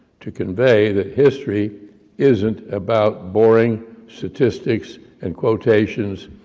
to convey that history isn't about boring statistics and quotations,